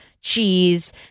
cheese